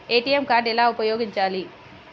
ATM card ఎలా ఉపయోగించాలి?